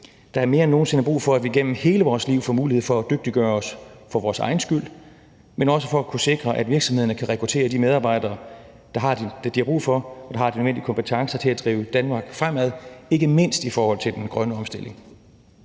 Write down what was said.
Der er mere end nogen sinde brug for, at vi gennem hele vores liv får mulighed for at dygtiggøre os for vores egen skyld, men også for at kunne sikre, at virksomhederne kan rekruttere de medarbejdere, de har brug for, og som har de nødvendige kompetencer til at drive Danmark fremad ikke mindst i forhold til den grønne omstilling.